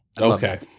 Okay